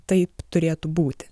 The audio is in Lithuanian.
tai turėtų būti